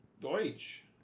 Deutsch